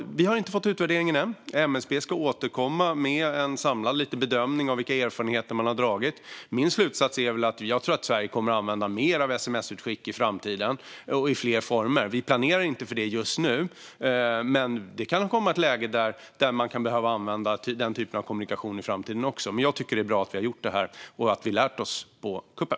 Vi har inte fått utvärderingen än. MSB ska återkomma med en samlad bedömning av de erfarenheter man har gjort. Min slutsats är väl att Sverige kommer att använda mer av sms-utskick i framtiden och i fler former. Vi planerar inte för det just nu, men det kan komma ett läge där man behöver använda den typen av kommunikation igen. Jag tycker att det är bra att vi har gjort detta och att vi har lärt oss på kuppen.